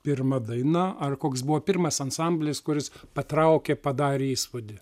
pirma daina ar koks buvo pirmas ansamblis kuris patraukė padarė įspūdį